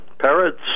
parrots